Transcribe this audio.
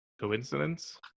Coincidence